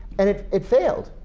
and it it failed.